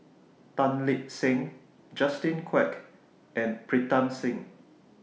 Tan Lip Seng Justin Quek and Pritam Singh